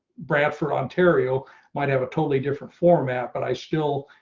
brantford ontario might have a totally different format, but i still,